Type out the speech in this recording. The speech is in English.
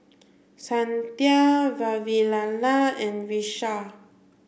Santha Vavilala and Vishal